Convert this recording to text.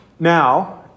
Now